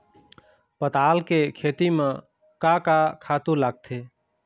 पताल के खेती म का का खातू लागथे?